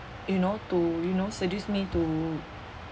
you know to you know seduce me to